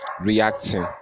reacting